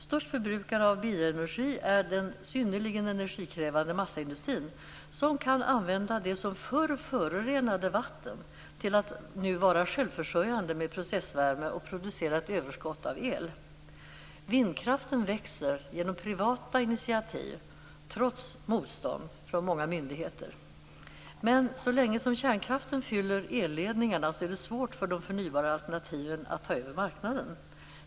Största förbrukaren av bioenergi är den synnerligen energikrävande massaindustrin, som kan använda det som förr förorenade vatten på ett sådant sätt att det går att vara självförsörjande med processvärme och producera ett överskott av el. Vindkraften växer, trots motstånd från många myndigheter, genom privata initiativ. Men så länge kärnkraften fyller elledningarna är det svårt för de förnybara alternativen att ta över marknaden.